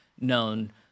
known